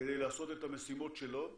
כדי לעשות את המשימות שלו.